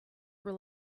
were